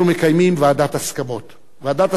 אנחנו מקיימים ועדת הסכמות.